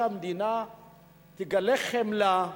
שהמדינה תגלה חמלה,